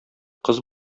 кыз